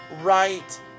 right